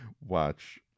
watch